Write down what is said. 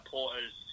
Porter's